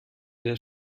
der